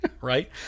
right